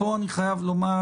פה אני חייב לומר,